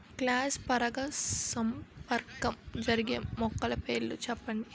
Cross పరాగసంపర్కం జరిగే మొక్కల పేర్లు చెప్పండి?